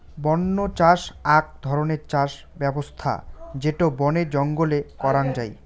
বন্য চাষ আক ধরণের চাষ ব্যবছস্থা যেটো বনে জঙ্গলে করাঙ যাই